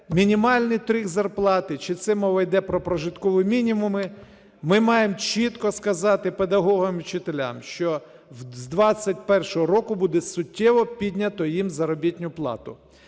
мінімальних три зарплати, чи це мова іде про прожиткові мінімуми. Ми маємо чітко сказати педагогічним і вчителям, що з 21-го року буде суттєво піднято їм заробітну плату.